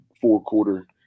four-quarter